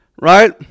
right